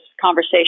conversation